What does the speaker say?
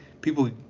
people